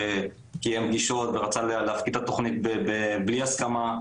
שקיים פגישות ורצה לקדם את התוכנית בלי הסכמה.